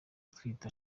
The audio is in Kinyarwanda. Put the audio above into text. atwite